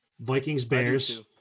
Vikings-Bears